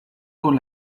con